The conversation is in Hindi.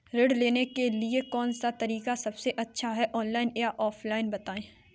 ऋण लेने के लिए कौन सा तरीका सबसे अच्छा है ऑनलाइन या ऑफलाइन बताएँ?